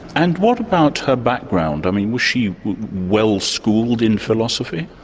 and what about her background? i mean was she well-schooled in philosophy?